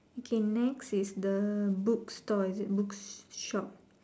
okay next is the book store is it book shop